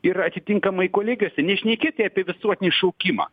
ir atitinkamai kolegijose ne šnekėti apie visuotinį šaukimą